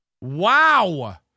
Wow